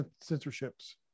censorships